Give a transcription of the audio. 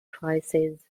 crisis